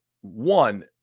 one